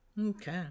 Okay